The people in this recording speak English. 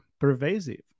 pervasive